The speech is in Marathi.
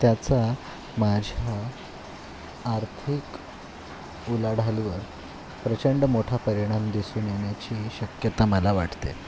त्याचा माझ्या आर्थिक उलाढालीवर प्रचंड मोठा परिणाम दिसून येण्याची शक्यता मला वाटते